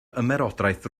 ymerodraeth